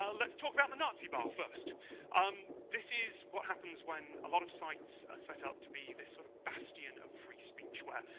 let's talk about the nazi bar first um this is what happens when a lot of sites are set up to be this sort of bastion of free speech where.